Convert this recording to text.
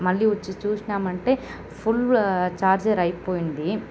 మళ్ళీ వచ్చి చూసినామంటే ఫుల్ చార్జర్ అయిపోయింది